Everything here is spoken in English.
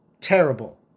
terrible